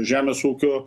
žemės ūkio